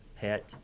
pet